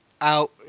out